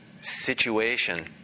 situation